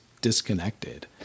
disconnected